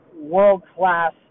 world-class